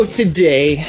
today